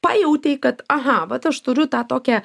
pajautei kad aha vat aš turiu tą tokią